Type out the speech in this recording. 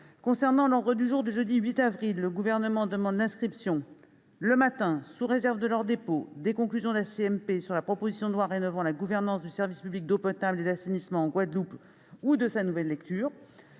Concernant l'ordre du jour du jeudi 8 avril 2021, le Gouvernement demande l'inscription, le matin, sous réserve de leur dépôt, des conclusions de la commission mixte paritaire sur la proposition de loi rénovant la gouvernance du service public d'eau potable et d'assainissement en Guadeloupe ou de sa nouvelle lecture.